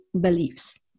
beliefs